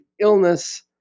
illness